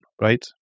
right